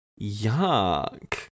Yuck